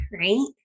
right